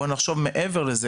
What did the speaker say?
בואו נחשוב מעבר לזה,